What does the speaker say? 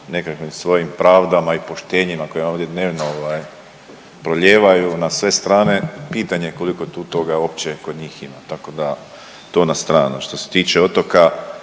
nekakvim svojim pravdama i poštenjima koje ovdje dnevno prolijevaju na sve strane. Pitanje je koliko je tu toga uopće kod njih ima, tako da to na stranu. Što se tiče otoka